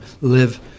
live